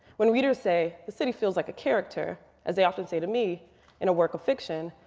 when readers say the city feels like a character, as they often say to me in a work of fiction,